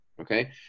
okay